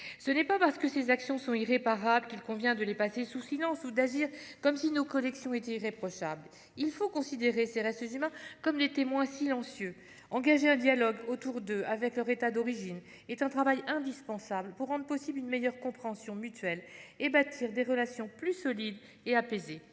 Ce n'est pas parce que ces actions sont irréparables qu'il convient de les passer sous silence ou d'agir comme si nos collections étaient irréprochables. Il faut considérer ces restes humains comme des témoins silencieux. Engager un dialogue autour d'eux avec leur État d'origine est un travail indispensable pour rendre possible une meilleure compréhension mutuelle et bâtir des relations plus solides et apaisées.